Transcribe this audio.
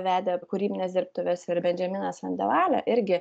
vedė kūrybines dirbtuves ir bendžiaminas andevali irgi